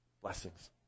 Blessings